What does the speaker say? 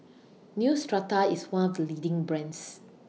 Neostrata IS one of The leading brands